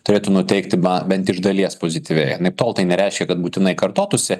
turėtų nuteikti na bent iš dalies pozityviai anaiptol tai nereiškia kad būtinai kartotųsi